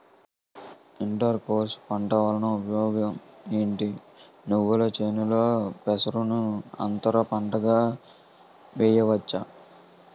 Inter crops పంట వలన ఉపయోగం ఏమిటి? నువ్వుల చేనులో పెసరను అంతర పంటగా వేయవచ్చా?